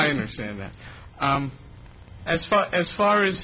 i understand that as far as far as